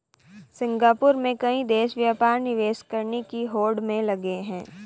Singapore में कई देश व्यापार निवेश करने की होड़ में लगे हैं